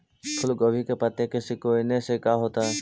फूल गोभी के पत्ते के सिकुड़ने से का होता है?